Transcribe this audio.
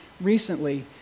recently